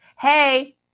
Hey